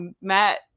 Matt